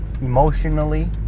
emotionally